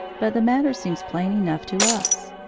but the matter seems plain enough to us.